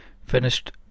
finished